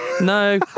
No